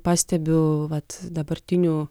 pastebiu vat dabartinių